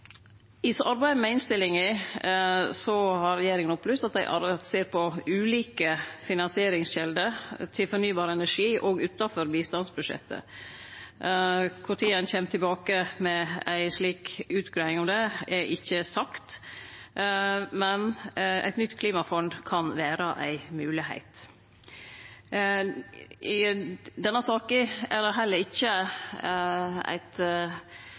med innstillinga har regjeringa opplyst at dei ser på ulike finansieringskjelder til fornybar energi, òg utanfor bistandsbudsjettet. Kva tid ein kjem tilbake med ei slik utgreiing om det er ikkje sagt, men eit nytt klimafond kan vere ei moglegheit. I denne saka er det heller ikkje